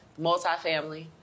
Multifamily